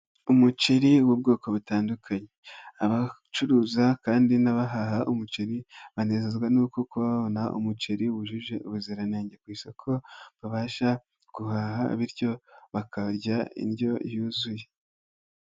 Umuceri w'ubwoko butandukanye, abacuruza kandi n'abahaha umuceri, banezezwa n'uko kuba babona umuceri wujuje ubuziranenge ku isoko, babasha guhaha bityo bakarya indyo yuzuye.